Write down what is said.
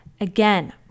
Again